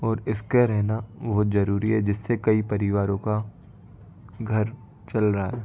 ओर इसका रहना बहुत ज़रूरी है जिससे कई परिवारों का घर चल रहा है